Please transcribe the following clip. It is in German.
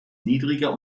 niedriger